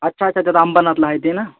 अच्छा अच्छा तर ते अंबरनाथला आहे ते ना